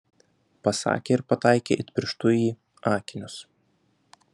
pasakė ir pataikė it pirštu į akinius